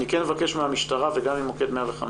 אני כן מבקש מהמשטרה וגם ממוקד 105,